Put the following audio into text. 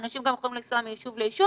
אנשים גם יכולים לנסוע מיישוב ליישוב